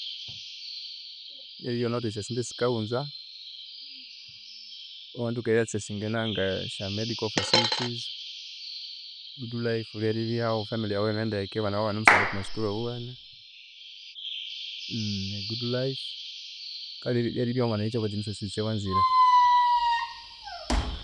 Ryeribya iwunawithe esyasene esikawunza, iwanganathoka eri accessinga enanga esya medical facilities, goodlife ryeribyahu efamily yawu iyinendeke abana bawu ibanemusomera okwa masukuru awiwene a good life kale ryeribya iwangana yihikya kwekyindu kyosi kyosi ekyawanzire